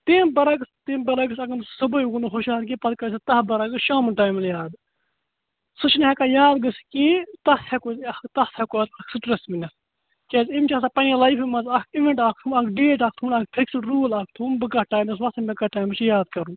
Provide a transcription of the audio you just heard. تٔمۍ برعکس تٔمۍ برعکس اگر نہٕ سُہ صُبحہے گوٚو نہٕ ہُشارٕ کیٚنٛہہ پَتہٕ کَرِ سُہ تتھ برعکس شامن ٹایمہٕ یاد سُہ چھُنہٕ ہیٚکان یاد گٔژھِتھ کِہیٖنٛۍ تتھ ہیٚکو تتھ ہیٚکو سِٹرس ؤنِتھ کیٛازِ أمۍ چھُ پَننہِ لایفہِ منٛز اکھ اِیوینٛٹ اکھ تھوٚمُت اکھ ڈیٹ اکھ تھوٚمُت اکھ فِکسٕڈ روٗل اکھ تھوٚمُت بہٕ کَتھ ٹایمَس وۅتھٕ مےٚ کَتھ ٹایمَس چھُ یاد کَرُن